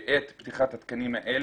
ולומר שבעת פתיחת התקנים האלה,